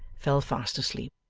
fell fast asleep.